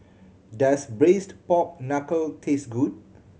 does Braised Pork Knuckle taste good